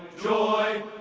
joy,